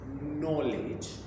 knowledge